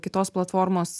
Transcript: kitos platformos